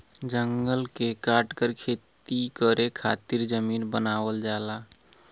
जंगलन के काटकर खेती करे खातिर जमीन बनावल जाला